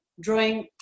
drawing